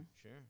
sure